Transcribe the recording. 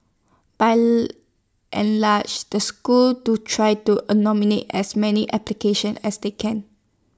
by and large the schools do try to A nominate as many application as they can